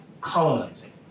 colonizing